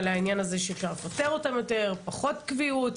על העניין הזה שאפשר לפטר אותם יותר, פחות קביעות.